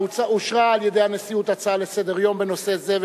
אושרה על-ידי הנשיאות הצעה לסדר-יום בנושא זה,